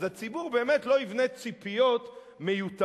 אז הציבור באמת לא יבנה ציפיות מיותרות